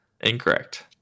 Incorrect